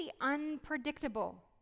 unpredictable